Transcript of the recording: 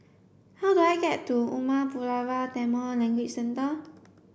how do I get to Umar Pulavar Tamil Language Centre